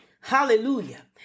Hallelujah